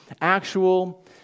actual